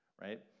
right